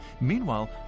Meanwhile